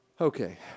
Okay